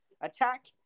Attack